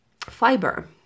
fiber